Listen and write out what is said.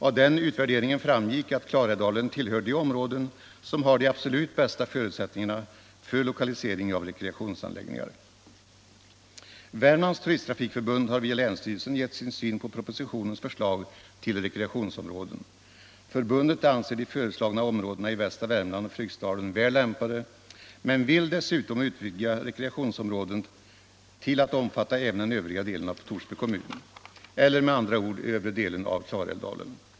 Av denna utvärdering framgick att Klarälvsdalen tillhör de områden som har de absolut bästa förutsättningarna för lokalisering av rekreationsanläggningar. Värmlands turisttrafikförbund har via länsstyrelsen gett sin syn på propositionens förslag till rekreationsområden. Förbundet anser de föreslagna områdena i västra Värmland och Fryksdalen väl lämpade men vill dessutom utvidga rekreationsområdet till att omfatta även den övriga delen av Torsby kommun, eller med andra ord övre delen av Klarälvsdalen.